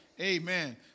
Amen